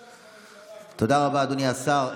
טוב שיש ש"ס בממשלה, תודה רבה, אדוני השר.